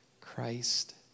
Christ